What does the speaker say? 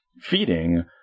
feeding